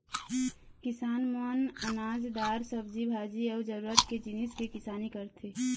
किसान मन अनाज, दार, सब्जी भाजी अउ जरूरत के जिनिस के किसानी करथे